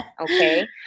Okay